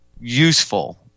useful